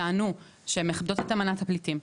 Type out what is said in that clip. טענו שהן מאחדות את עיקרון הפליטים,